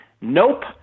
Nope